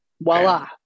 voila